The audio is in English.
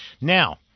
Now